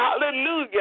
hallelujah